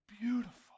beautiful